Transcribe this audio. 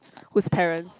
who's parents